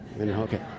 Okay